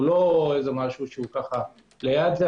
לא משהו שליד זה.